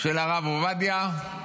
של הרב עובדיה ומאז הכול